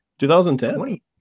2010